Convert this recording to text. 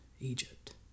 Egypt